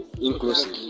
inclusive